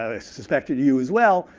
i suspect you as well,